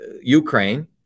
Ukraine